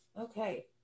okay